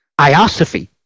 Iosophy